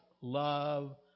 love